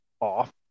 off